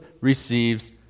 receives